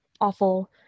awful